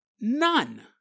None